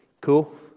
Cool